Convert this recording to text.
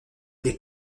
les